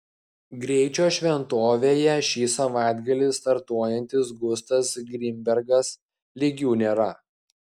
greičio šventovėje ši savaitgalį startuojantis gustas grinbergas lygių nėra